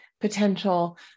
potential